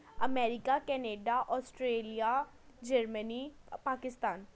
America Canada Australia Germany Pakistan